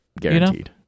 guaranteed